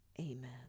Amen